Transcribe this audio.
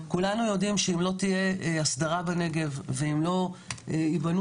כולנו יודעים שאם לא תהיה הסדרה בנגב ואם לא ייבנו